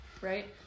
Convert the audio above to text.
right